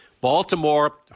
Baltimore